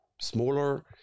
smaller